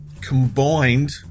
combined